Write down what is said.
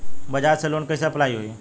बज़ाज़ से लोन कइसे अप्लाई होई?